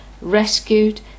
rescued